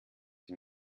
die